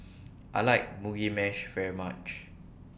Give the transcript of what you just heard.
I like Mugi Meshi very much